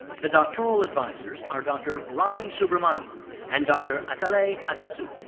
the doctoral advisor are dr. ravi subramanian and dr. atalay atasu.